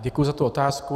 Děkuji za tu otázku.